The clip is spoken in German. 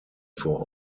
vor